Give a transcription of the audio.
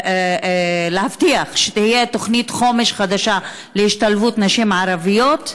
להבטיח שתהיה תוכנית חומש חדשה להשתלבות נשים ערביות?